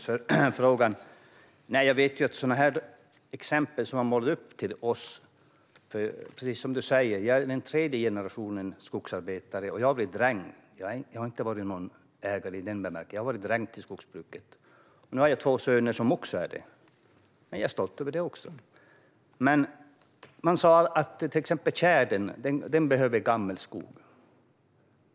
Fru talman! Tack, Magnus, för frågan! Precis som du säger är jag tredje generationens skogsarbetare. Jag har varit dräng. Jag har inte varit ägare, utan jag har varit dräng till skogsbruket. Nu har jag två söner som också är det, och jag är stolt över det också. Man sa att till exempel tjädern behöver gammelskog.